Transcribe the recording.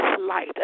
light